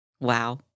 Wow